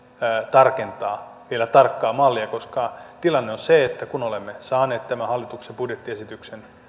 tarkentaa vielä tarkkaa mallia koska tilanne on se että kun saimme tämän hallituksen budjettiesityksen